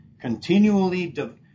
continually